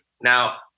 now